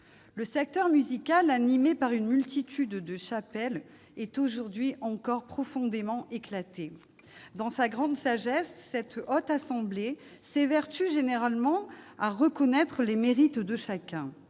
Le secteur musical, animé par une multitude de chapelles, est aujourd'hui encore profondément éclaté. Dans sa grande sagesse, la Haute Assemblée s'évertue généralement à reconnaître les mérites de chacun.